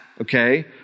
Okay